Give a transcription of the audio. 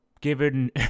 given